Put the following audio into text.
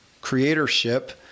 creatorship